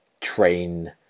train